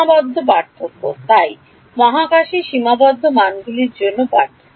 সীমাবদ্ধ পার্থক্য তাই মহাকাশে সীমাবদ্ধ মানগুলির মধ্যে পার্থক্য